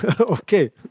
Okay